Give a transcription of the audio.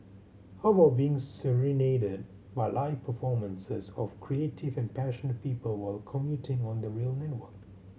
how about being serenaded by live performances of creative and passionate people while commuting on the rail network